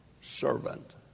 servant